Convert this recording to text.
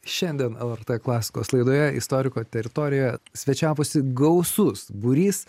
šiandien lrt klasikos laidoje istoriko teritorijoje svečiavosi gausus būrys